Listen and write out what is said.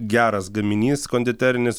geras gaminys konditerinis